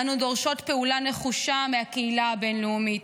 אנו דורשות פעולה נחושה מהקהילה הבין-לאומית,